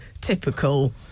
typical